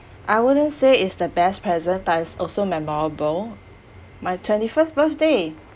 I wouldn't say it's the best present but it's also memorable my twenty-first birthday